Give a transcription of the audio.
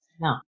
No